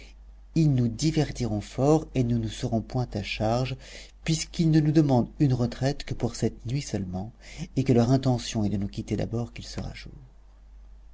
ils nous divertiront fort et ne nous seront point à charge puisqu'ils ne nous demandent une retraite que pour cette nuit seulement et que leur intention est de nous quitter d'abord qu'il sera jour